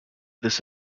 this